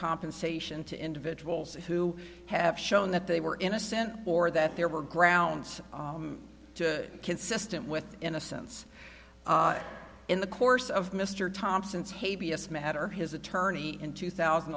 compensation to individuals who have shown that they were innocent or that there were grounds to consistent with innocence in the course of mr thompson's hey b s matter his attorney in two thousand